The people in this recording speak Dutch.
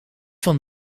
van